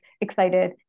excited